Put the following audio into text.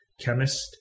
chemist